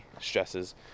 stresses